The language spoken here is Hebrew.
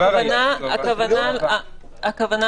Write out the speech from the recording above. הכוונה